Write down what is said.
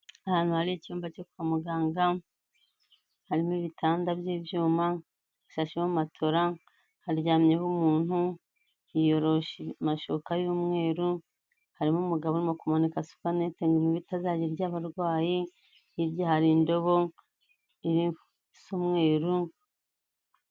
Ahantu hari icyumba cyo kwa muganga, harimo ibitanda by'ibyuma, hashasheho matera haryamyeho umuntu, yiyoroshe amashuka y'umweru, harimo umugabo uri kumanika supanete ngo imibu itazajya irya abarwayi, hirya hari indobo isa umweru.